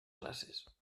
classes